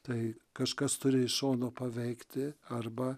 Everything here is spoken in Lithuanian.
tai kažkas turi iš šono paveikti arba